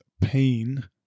pain